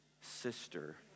sister